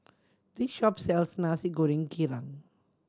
this shop sells Nasi Goreng Kerang